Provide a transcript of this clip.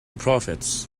profits